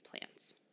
plants